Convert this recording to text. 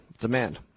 demand